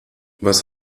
was